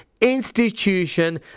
institution